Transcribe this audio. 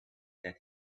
that